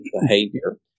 behavior